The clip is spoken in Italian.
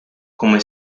come